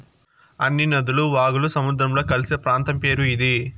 అన్ని నదులు వాగులు సముద్రంలో కలిసే ప్రాంతం పేరు ఇది